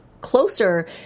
closer